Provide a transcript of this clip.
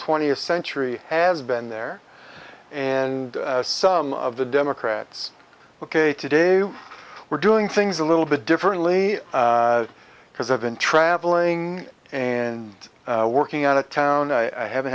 twentieth century has been there and some of the democrats ok today we were doing things a little bit differently because i've been traveling and working out of town i haven't